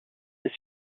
des